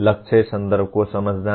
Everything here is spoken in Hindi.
लक्ष्य संदर्भ को समझना है